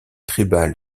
tribal